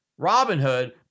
Robinhood